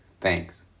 Thanks